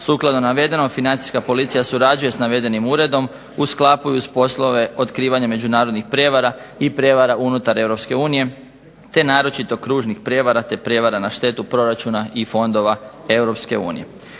Sukladno navedenom Financijska policija surađuje sa navedenim Uredom, ... otkrivanja međunarodnih prijevara i prijevara unutar Europske unije, te naročito kružnih prijevara, te prijevara na štetu proračuna i fondova